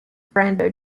brando